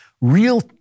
Real